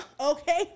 Okay